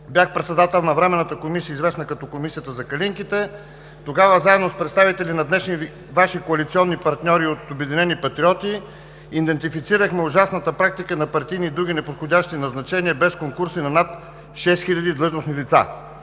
бях Председател на Временната комисия, известна като „Комисията за калинките“, тогава заедно с представители на днешните Ваши коалиционни партньори от „Обединени патриоти“ идентифицирахме ужасната практика на партийни и други неподходящи назначения, без конкурси, на над 6000 длъжностни лица.